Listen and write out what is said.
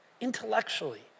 intellectually